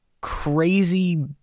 crazy